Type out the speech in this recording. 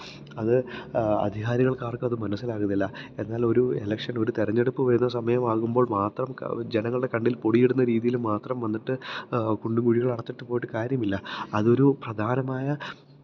അത് അധികാരികള്ക്കാര്ക്കും അത് മനസിലാകുന്നില്ല എന്നാല് ഒര് എലക്ഷന് ഒര് തെരഞ്ഞെടുപ്പ് വരുന്ന സമയം ആകുമ്പോള് മാത്രം ജനങ്ങളുടെ കണ്ണില് പൊടി ഇടുന്ന രീതിയിൽ മാത്രം വന്നിട്ട് കുണ്ടും കുഴികളും അടച്ചിട്ട് പോയിട്ട് കാര്യമില്ല അതൊരു പ്രധാനമായ